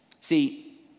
See